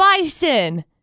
bison